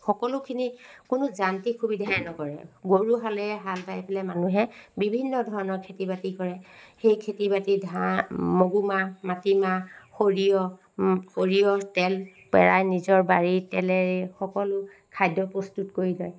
সকলোখিনি কোনো যান্ত্ৰিক সুবিধাই নকৰে গৰু হালেৰে হাল বাই পেলাই মানুহে বিভিন্ন ধৰণৰ খেতি বাতি কৰে সেই খেতি বাতি ধা মগুমাহ মাটিমাহ সৰিয়হ সৰিয়হ তেল পেৰাই নিজৰ বাৰীৰ তেলেৰেই সকলো খাদ্য প্ৰস্তুত কৰি যায়